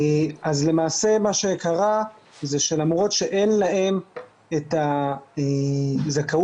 מה שקרה זה שלמרות שאין להם את הזכאות,